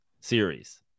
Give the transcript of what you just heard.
series